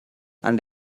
and